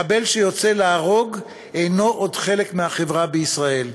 מחבל שיוצא להרוג אינו עוד חלק מהחברה בישראל,